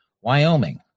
Wyoming